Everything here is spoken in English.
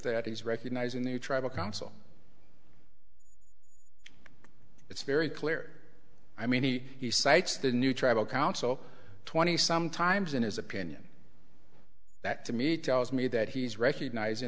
that he's recognising the tribal council it's very clear i mean he he cites the new tribal council twenty some times in his opinion that to me tells me that he's recognizing